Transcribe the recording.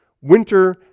winter